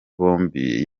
bombi